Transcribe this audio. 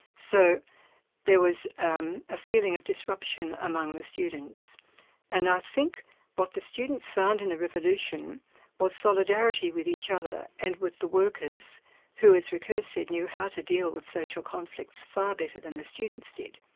so there was um a feeling of disruption among the students and i think what the students found in the revolution was solidarity with each other and with the workers who as ricoeur said knew how to deal with social conflicts far better than the students did.